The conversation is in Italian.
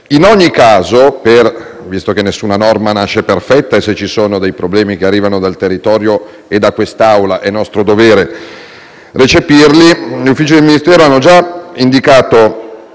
In ogni caso, visto che nessuna norma nasce perfetta e se dei problemi arrivano dal territorio e da quest'Assemblea è nostro dovere affrontarli, gli uffici del Ministero hanno già fornito